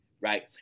right